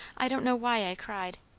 i don't know why i cried.